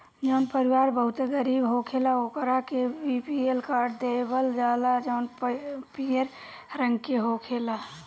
जवन परिवार बहुते गरीब होखेला ओकरा के बी.पी.एल कार्ड देवल जाला जवन पियर रंग के होखेला